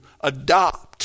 adopt